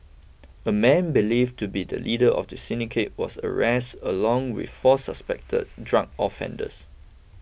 a man believed to be the leader of the syndicate was arrested along with four suspected drug offenders